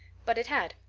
but it had.